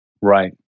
Right